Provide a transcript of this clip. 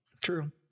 True